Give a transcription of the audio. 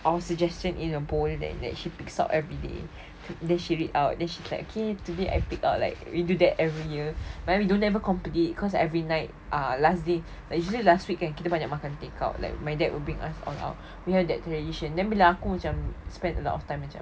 our suggestion in a bowl then that she picks up every day then she read out then she's like okay today I pick out like we do that every year but we do never complete cause every night ah last day usually last week kan kita banyak makan take out like my dad will bring us all out we had that tradition then bila aku macam spend a lot time macam